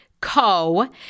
Co